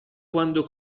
quando